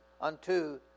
unto